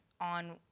on